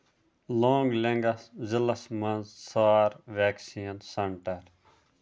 لانٛگلینٛگس ضلعس منٛز ژھار ویکسیٖن سینٹر